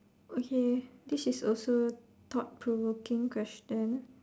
okay this is also thought provoking question